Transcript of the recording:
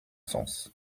sens